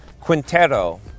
Quintero